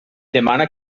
demana